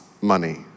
money